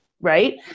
right